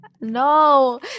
no